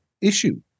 issue